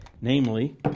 namely